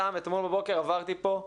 אתמול בבוקר עברתי פה,